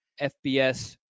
FBS